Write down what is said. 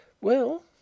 Well